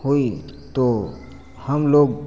हुई तो हमलोग